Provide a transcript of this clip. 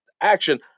action